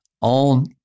on